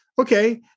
Okay